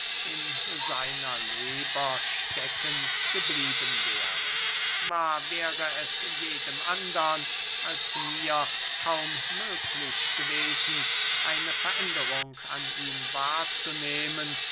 in seiner leber stecken geblieben wäre zwar wäre es jedem andern als mir kaum möglich gewesen eine veränderung an ihm wahr